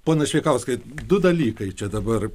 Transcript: ponas šveikauskai du dalykai čia dabar